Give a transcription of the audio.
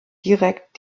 direkt